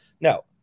No